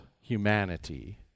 humanity